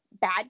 bad